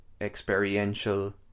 experiential